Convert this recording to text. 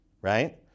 right